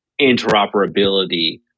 interoperability